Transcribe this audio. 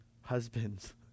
Husbands